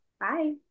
Bye